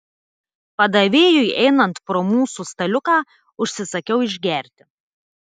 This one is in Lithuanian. padavėjui einant pro mūsų staliuką užsisakiau išgerti